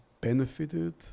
benefited